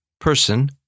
person